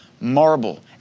marble